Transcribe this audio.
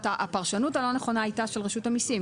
הפרשנות הלא נכונה הייתה של רשות המסים.